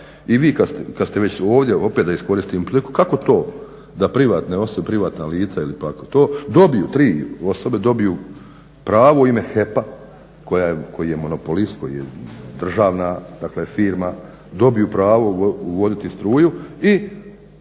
i vi kad ste već ovdje opet da iskoristim priliku kako to da privatne osobe, privatna lica ili kako to dobiju tri osobe dobiju pravo u ime HEP-a koji je monopolist koji je državna dakle firma, dobiju pravo uvoditi struju i